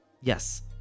yes